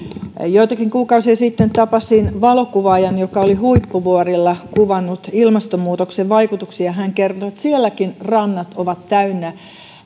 joitakin kuukausia sitten tapasin valokuvaajan joka oli huippuvuorilla kuvannut ilmastonmuutoksen vaikutuksia ja hän kertoi että sielläkin rannat ovat täynnä